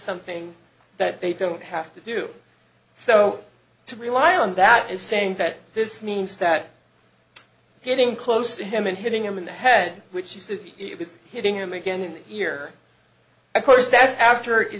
something that they don't have to do so to rely on that is saying that this means that hitting close to him and hitting him in the head which she says it was hitting him again here of course that's after